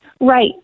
Right